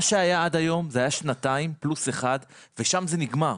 מה שהיה עד היום זה היה שנתיים פלוס אחד ושם זה נגמר.